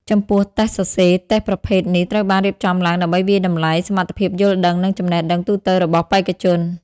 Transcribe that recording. ចំពោះ តេស្តសរសេរ តេស្តប្រភេទនេះត្រូវបានរៀបចំឡើងដើម្បីវាយតម្លៃសមត្ថភាពយល់ដឹង និងចំណេះដឹងទូទៅរបស់បេក្ខជន។